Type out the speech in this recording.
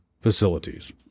facilities